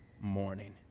morning